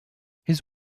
his